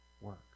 work